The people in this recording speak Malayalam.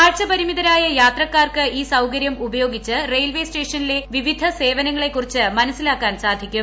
കാഴ്ചപരിമിതരായ യാത്രക്കാർക്ക് ഈ സൌകര്യം ഉപയോഗിച്ച് റെയിൽവേ സ്റ്റേഷനിലെ വിവിധ സേവനങ്ങളെക്കുറിച്ച് മനസ്സിലാ ക്കാൻ സാധിക്കും